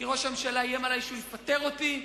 כי ראש הממשלה איים עלי שהוא יפטר אותי,